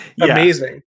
amazing